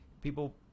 People